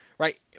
Right